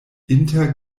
inter